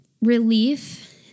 relief